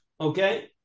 okay